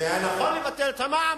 זה היה נכון לבטל את המע"מ,